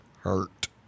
hurt